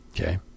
Okay